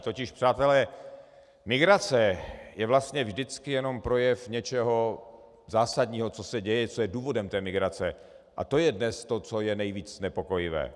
Totiž přátelé, migrace je vlastně vždycky jenom projev něčeho zásadního, co se děje, co je důvodem té migrace, a to je dnes to, co je nejvíc znepokojivé.